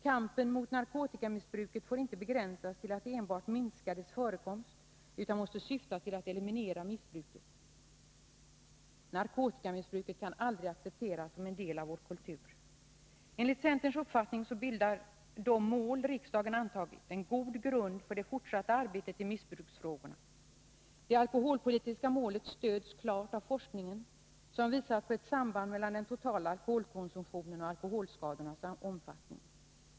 Kampen mot narkotikamissbruket får inte begränsas till att enbart minska dess förekomst, utan måste syfta till att eliminera missbruket. Narkotikamissbruket kan aldrig accepteras som en del av vår kultur.” Enligt centerns uppfattning bildar de mål som riksdagen har antagit en god grund för det fortsatta arbetet i missbruksfrågorna. Det alkoholpolitiska målet stöds klart av forskningen, som visar på ett samband mellan den totala alkoholkonsumtionen och alkoholskadornas omfattning.